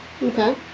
Okay